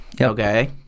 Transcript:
okay